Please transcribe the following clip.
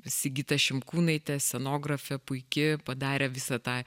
sigita šimkūnaitė scenografė puiki padarė visą tą